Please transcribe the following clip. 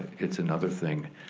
it's another thing,